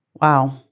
Wow